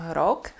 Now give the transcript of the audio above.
rok